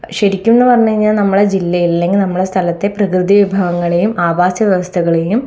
ശരിക്കും എന്നു പറഞ്ഞു കഴിഞ്ഞാൽ നമ്മുടെ ജില്ലയിൽ അല്ലെങ്കിൽ നമ്മുടെ സ്ഥലത്തെ പ്രകൃതി വിഭവങ്ങളെയും ആവാസ വ്യവസ്ഥകളെയും